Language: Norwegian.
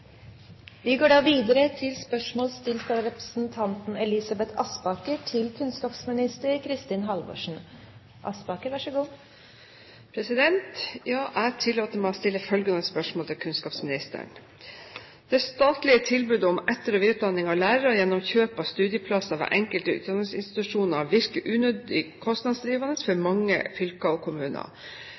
Jeg tillater meg å stille følgende spørsmål til kunnskapsministeren: «Det statlige tilbudet om etter- og videreutdanning – EVU – av lærere gjennom kjøp av studieplasser ved enkelte utdanningsinstitusjoner virker unødig kostnadsdrivende for mange fylker og kommuner.